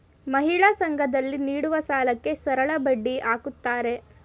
ಮಹಿಳಾ ಸಂಘ ದಲ್ಲಿ ನೀಡುವ ಸಾಲಕ್ಕೆ ಸರಳಬಡ್ಡಿ ಹಾಕ್ತಾರೆ